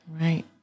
Right